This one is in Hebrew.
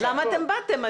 אז למה באתם?